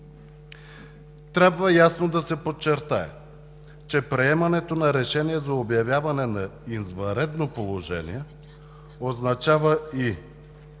Трябва ясно да се подчертае, че приемането на решение за обявяване на извънредно положение означава,